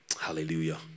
Hallelujah